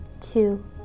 two